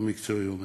המקצועי אומר.